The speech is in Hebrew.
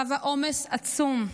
חווה עומס עצום.